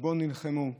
שבו נלחמו,